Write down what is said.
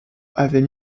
avait